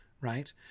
right